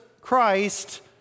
Christ